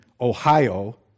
Ohio